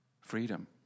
Freedom